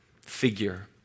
figure